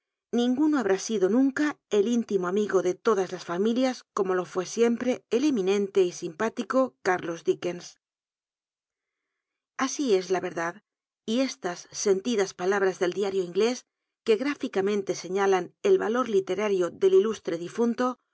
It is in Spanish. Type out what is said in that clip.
ninguno habrá sitio nunca el intimo amigo de todas las familias como lo fué siem l'c el eminente y simpúlico cúrlos dickens asi es la verdad y estas sentidas palabras del diario inglés que grúficamen tc scialan el yalor literario del ilustre difunto